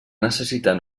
necessitar